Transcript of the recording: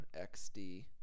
XD